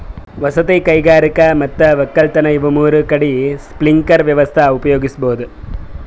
ವಸತಿ ಕೈಗಾರಿಕಾ ಮತ್ ವಕ್ಕಲತನ್ ಇವ್ ಮೂರ್ ಕಡಿ ಸ್ಪ್ರಿಂಕ್ಲರ್ ವ್ಯವಸ್ಥೆ ಉಪಯೋಗಿಸ್ಬಹುದ್